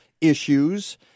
issues